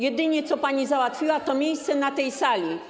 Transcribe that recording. Jedyne, co pani załatwiła, to miejsce na tej sali.